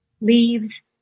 leaves